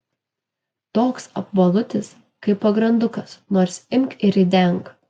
toks apvalutis kaip pagrandukas nors imk ir ridenk